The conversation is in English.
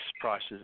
prices